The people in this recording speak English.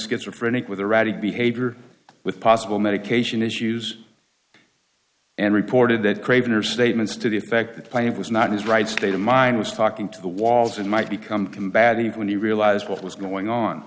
erratic behavior with possible medication issues and reported that craving or statements to the effect that plant was not his right state of mind was talking to the walls and might become combative when he realized what was going on